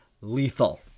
lethal